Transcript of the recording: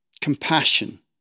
compassion